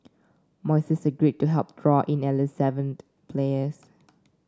Moises agreed to help draw in at least seven players